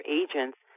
agents